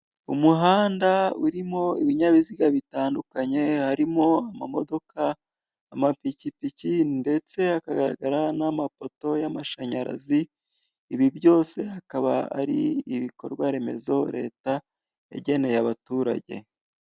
Umuhanda urimo ibinyabiziga bitandukanye; harimo amamodoka, amapikipiki ndetse hagaragara n'amapoto y'amashanyarazi. Ibi byose akaba ari ibikorwaremezo leta yageneye abaturage.